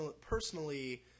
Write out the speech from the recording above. personally